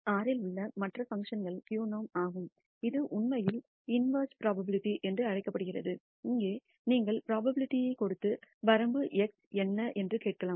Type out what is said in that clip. R இல் உள்ள மற்ற பங்க்ஷன்கள் qnorm ஆகும் இது உண்மையில் இன்வெர்ஸ் புரோபாபிலிடி என்று அழைக்கப்படுகிறது இங்கே நீங்கள் புரோபாபிலிடிஐ கொடுத்து வரம்பு X என்ன என்று கேட்கலாம்